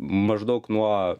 maždaug nuo